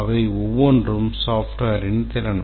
அவை ஒவ்வொன்றும் மென்பொருளின் திறன்